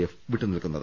F വിട്ടു നിൽക്കുന്നത്